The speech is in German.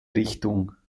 richtung